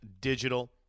digital